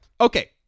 Okay